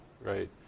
right